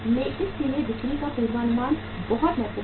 इसलिए बिक्री का पूर्वानुमान बहुत महत्वपूर्ण है